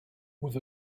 with